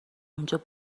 اونجا